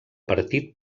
partit